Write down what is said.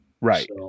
right